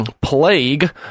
plague